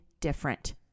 different